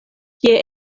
kie